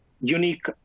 unique